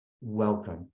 welcome